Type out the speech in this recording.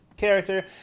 character